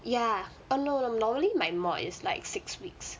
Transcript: ya oh no no normally my mod is like six weeks